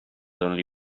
only